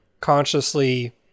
consciously